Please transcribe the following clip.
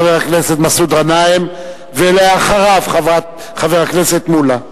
חבר הכנסת מסעוד גנאים, ואחריו, חבר הכנסת מולה.